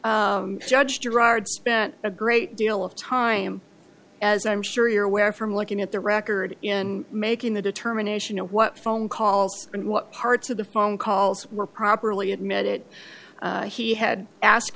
think judge gerard spent a great deal of time as i'm sure you're aware from looking at the record in making the determination what phone calls and what parts of the phone calls were properly admit it he had asked